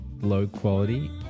low-quality